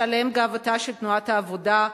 שעליהם גאוותה של תנועת העבודה,